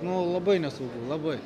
nu labai nesaugu labai